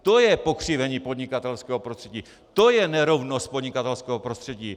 To je pokřivení podnikatelského prostředí, to je nerovnost podnikatelského prostředí.